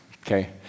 Okay